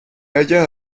halla